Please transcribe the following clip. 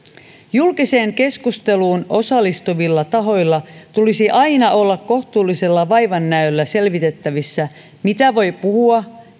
julkiseen keskusteluun osallistuvilla tahoilla tulisi aina olla mahdollisuus kohtuullisella vaivannäöllä selvittää mitä voi puhua